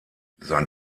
sein